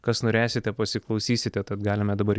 kas norėsite pasiklausysite tad galime dabar